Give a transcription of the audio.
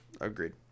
Agreed